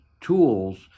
tools